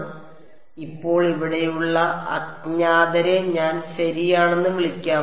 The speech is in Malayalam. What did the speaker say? അതിനാൽ ഇപ്പോൾ ഇവിടെയുള്ള അജ്ഞാതരെ ഞാൻ ശരിയാണെന്ന് വിളിക്കാം